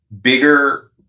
bigger